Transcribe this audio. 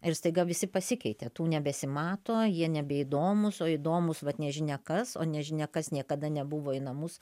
ir staiga visi pasikeitė tų nebesimato jie nebeįdomūs o įdomūs vat nežinia kas o nežinia kas niekada nebuvo į namus